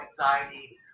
anxiety